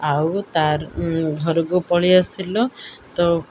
ଆଉ ତା'ର ଘରକୁ ପଳେଇଆସିଲ ତ